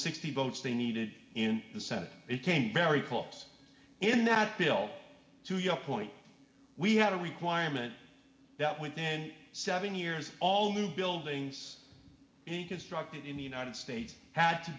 sixty votes they needed in the senate it came very close in that bill to your point we had a requirement that went in seven years all new buildings being constructed in the united states had to